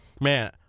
Man